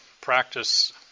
practice